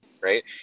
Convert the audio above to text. right